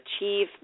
achieve